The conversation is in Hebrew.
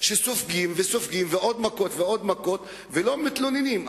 שסופגים וסופגים עוד מכות ועוד מכות ולא מתלוננים.